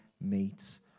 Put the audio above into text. meets